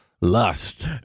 lust